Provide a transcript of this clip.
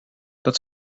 dat